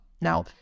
Now